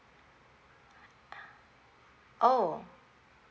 oh